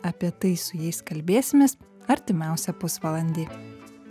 apie tai su jais kalbėsimės artimiausią pusvalandį